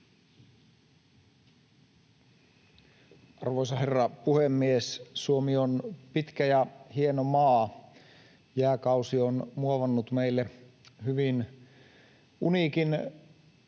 Arvoisa herra puhemies! Suomi on pitkä ja hieno maa. Jääkausi on muovannut meille hyvin uniikin